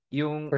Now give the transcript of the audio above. yung